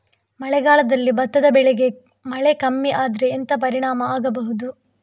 ಮಳೆಗಾಲದಲ್ಲಿ ಭತ್ತದ ಬೆಳೆಗೆ ಮಳೆ ಕಮ್ಮಿ ಆದ್ರೆ ಎಂತ ಪರಿಣಾಮ ಆಗಬಹುದು?